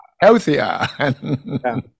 healthier